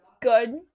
good